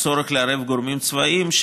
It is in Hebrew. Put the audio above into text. צורך לערב גורמים צבאיים,